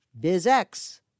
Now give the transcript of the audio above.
BizX